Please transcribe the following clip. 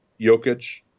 Jokic